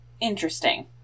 interesting